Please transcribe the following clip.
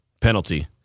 penalty